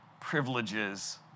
privileges